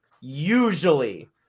Usually